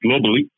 globally